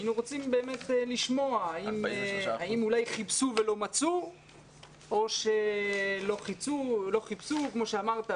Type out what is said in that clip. היינו רוצים לשמוע האם אולי חיפשו ולא מצאו או שכמו שאמרת,